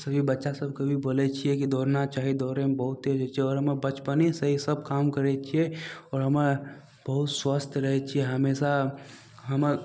सभी बच्चा सबके भी बोलय छियै की दौड़ना चाही दौड़यमे बहुत तेज होइ छै आओर हम्मे बचपनेसँ ईसब काम करय छियै आओर हम्मे बहुत स्वस्थ रहय छियै हमेशा हमर